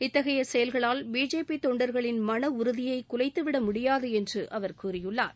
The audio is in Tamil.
இத்தகைய செயல்களால் பிஜேபி தொண்டர்களின் மனஉறுதியை குலைத்துவிடமுடியாது என்று அவர் கூறியுள்ளார்